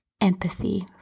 empathy